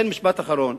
משפט אחרון.